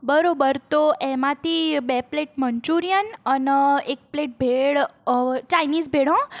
બરાબર તો એમાંથી બે પ્લેટ મંચુરિયન અને એક પ્લેટ ભેળ હવ ચાઈનીઝ ભેળ હોં